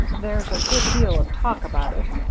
there's a good deal of talk about it.